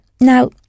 Now